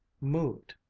moved,